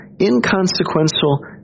inconsequential